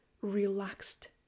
relaxed